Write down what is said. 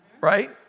right